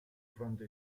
fronte